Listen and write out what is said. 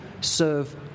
serve